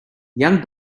young